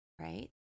right